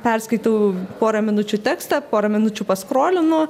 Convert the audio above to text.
perskaitau porą minučių tekstą porą minučių paskrolinu